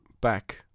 back